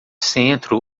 centro